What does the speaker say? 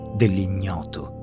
dell'ignoto